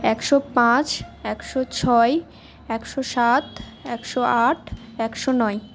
একশো পাঁচ একশো ছয় একশো সাত একশো আট একশো নয়